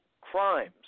crimes